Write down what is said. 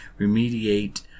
remediate